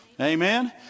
Amen